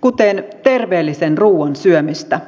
kuten terveellisen ruoan syömistä